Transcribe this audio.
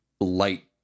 light